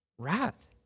wrath